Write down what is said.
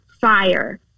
fire